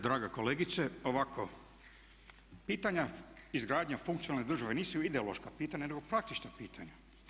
Draga kolegice ovako, pitanja izgradnja funkcionalne države nisu ideološka pitanja nego praktična pitanja.